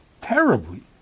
terribly